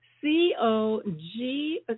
C-O-G